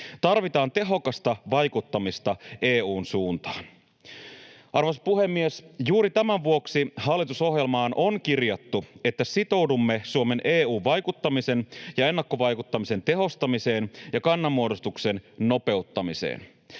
tarvitaan tehokasta vaikuttamista EU:n suuntaan. Arvoisa puhemies, juuri tämän vuoksi hallitusohjelmaan on kirjattu, että sitoudumme ”Suomen EU-vaikuttamisen ja ennakkovaikuttamisen tehostamiseen ja kannanmuodostuksen nopeuttamiseen”.